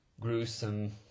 gruesome